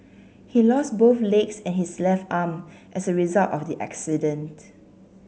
he lost both legs and his left arm as a result of the accident